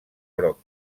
groc